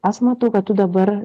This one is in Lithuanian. aš matau kad tu dabar